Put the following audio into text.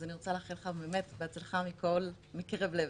אז אני רוצה לאחל לך באמת בהצלחה מקרב לב.